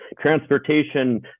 transportation